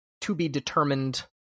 to-be-determined